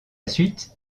suite